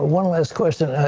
one last question.